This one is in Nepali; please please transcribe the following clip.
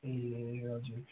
ए हजुर